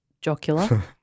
jocular